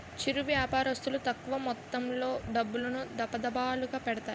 చిరు వ్యాపారస్తులు తక్కువ మొత్తంలో డబ్బులను, దఫాదఫాలుగా పెడతారు